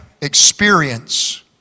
experience